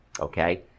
Okay